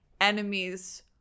enemies